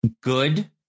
good